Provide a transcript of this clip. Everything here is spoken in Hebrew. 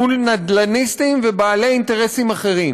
מול נדל"ניסטים ובעלי אינטרסים אחרים,